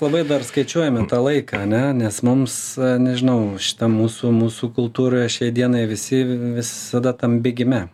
labai dar skaičiuojame tą laiką ane nes mums nežinau ta mūsų mūsų kultūroje šiai dienai visi visada tam bėgime